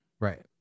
Right